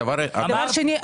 דבר שני,